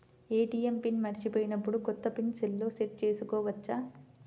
ATM pin మరచిపోయినప్పుడు, కొత్త pin సెల్లో సెట్ చేసుకోవచ్చా?